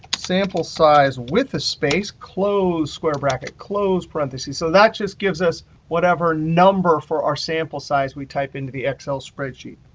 sample size with a space, close square bracket, close parentheses. so that just gives us whatever number for our sample size we type into the excel spreadsheet.